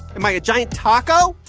am i a giant taco?